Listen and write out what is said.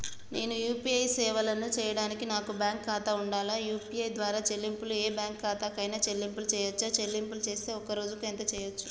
నేను యూ.పీ.ఐ సేవలను చేయడానికి నాకు బ్యాంక్ ఖాతా ఉండాలా? యూ.పీ.ఐ ద్వారా చెల్లింపులు ఏ బ్యాంక్ ఖాతా కైనా చెల్లింపులు చేయవచ్చా? చెల్లింపులు చేస్తే ఒక్క రోజుకు ఎంత చేయవచ్చు?